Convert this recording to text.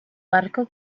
barco